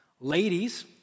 Ladies